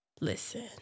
listen